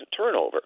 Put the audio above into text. turnover